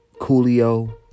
Coolio